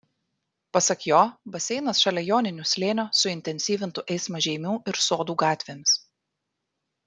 pasak jo baseinas šalia joninių slėnio suintensyvintų eismą žeimių ir sodų gatvėmis